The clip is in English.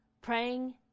praying